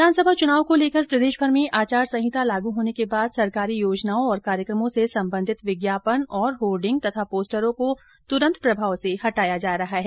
विधानसभा चुनाव को लेकर प्रदेशभर में आचार संहिता लागू होने के बाद सरकारी योजनाओं और कार्यक्रमों से सम्बधित विज्ञापन और होर्डिंग तथा पोस्टरों को तुरन्त प्रभाव से हटाया जा रहा है